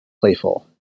playful